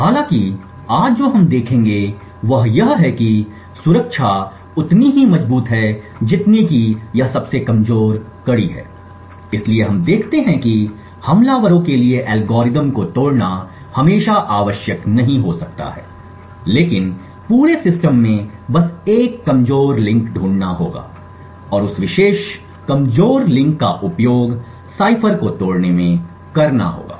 हालाँकि आज जो हम देखेंगे वह यह है कि सुरक्षा उतनी ही मजबूत है जितनी कि यह सबसे कमजोर कड़ी है इसलिए हम देखते हैं कि हमलावरों के लिए एल्गोरिदम को तोड़ना हमेशा आवश्यक नहीं हो सकता है लेकिन पूरे सिस्टम में बस एक कमजोर लिंक ढूंढना होगा और उस विशेष कमजोर लिंक का उपयोग साइफर को तोड़ने में करना होगा